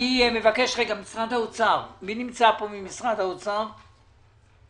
אני מבקש את משרד האוצר כדי שיגידו.